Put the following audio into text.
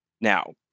Now